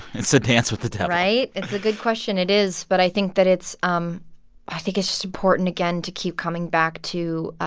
it's a dance with the devil right. it's a good question. it is. but i think that it's um i think it's just important, again, to keep coming back to